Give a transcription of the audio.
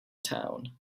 town